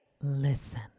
Listen